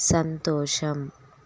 సంతోషం